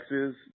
texas